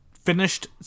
finished